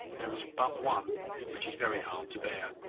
there is but one which is very hard to bear.